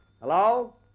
Hello